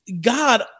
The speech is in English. God